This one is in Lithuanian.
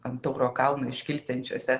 ant tauro kalno iškilsiančiuose